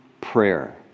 prayer